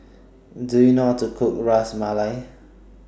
Do YOU know How to Cook Ras Malai